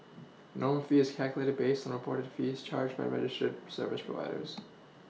norm fee is calculated based on a portered fees charged by rider ship service providers